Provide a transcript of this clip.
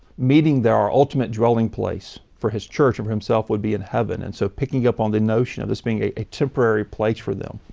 meaning that our ultimate dwelling place, for his church of himself would be in heaven, and so picking up on the notion of this being a temporary place for them.